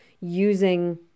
using